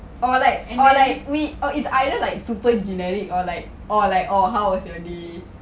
or like or like we or it's either like super generic or like or like or how was your day